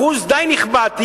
אחוז די נכבד,